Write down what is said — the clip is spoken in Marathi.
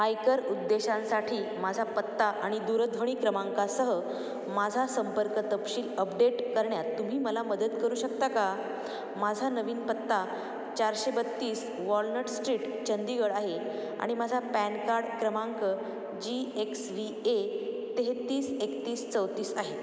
आयकर उद्देशांसाठी माझा पत्ता आणि दूरध्वनी क्रमांकासह माझा संपर्क तपशील अपडेट करण्यात तुम्ही मला मदत करू शकता का माझा नवीन पत्ता चारशे बत्तीस वॉलनट स्ट्रीट चंदीगढ आहे आणि माझा पॅन कार्ड क्रमांक जी एक्स वी ए तेहेतीस एकतीस चौतीस आहे